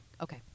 okay